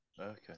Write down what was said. Okay